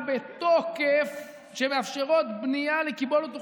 בתוקף שמאפשרות בנייה לקיבולת אוכלוסייה,